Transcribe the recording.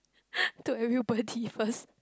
to everybody first